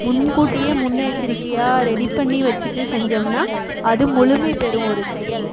முன் கூட்டியே முன்னெச்சரிக்கையாக ரெடி பண்ணி வச்சிட்டு செஞ்சோம்னா அது முழுமை பெரும் ஒரு செயல்